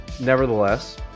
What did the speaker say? Nevertheless